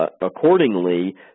accordingly